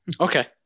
Okay